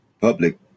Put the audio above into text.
public